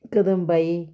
Kadambai